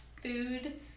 food